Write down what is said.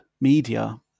media